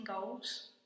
goals